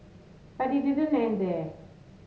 but it didn't end there